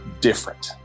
different